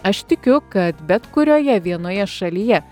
aš tikiu kad bet kurioje vienoje šalyje